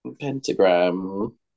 Pentagram